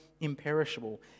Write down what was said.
imperishable